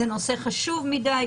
זה נושא חשוב מדי,